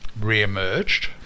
re-emerged